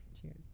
Cheers